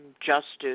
justice